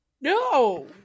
No